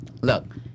Look